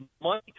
money